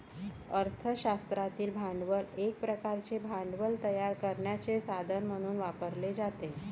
अर्थ शास्त्रातील भांडवल एक प्रकारचे भांडवल तयार करण्याचे साधन म्हणून वापरले जाते